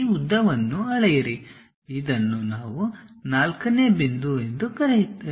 ಈ ಉದ್ದವನ್ನು ಅಳೆಯಿರಿ ಇದನ್ನು 4 ನೇ ಬಿಂದು ಎಂದು ಕರೆಯಿರಿ